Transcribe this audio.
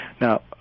Now